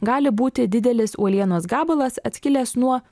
gali būti didelis uolienos gabalas atskilęs nuo